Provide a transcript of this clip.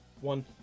one